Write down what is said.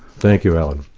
thank you, alan.